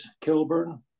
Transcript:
Kilburn